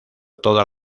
todas